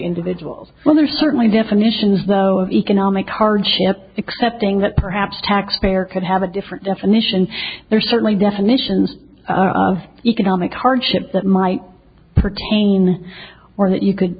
individuals well there are certainly definitions though economic hardship accepting that perhaps tax payer could have a different definition there's certainly definitions of economic hardship that might pertain or that you could